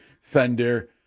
Fender